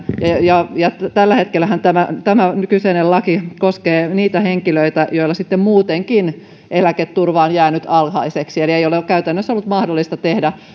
tällä hetkellähän tämä kyseinen laki koskee niitä henkilöitä joilla sitten muutenkin eläketurva on jäänyt alhaiseksi eli ei ole käytännössä ollut mahdollista